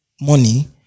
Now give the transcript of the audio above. money